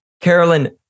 Carolyn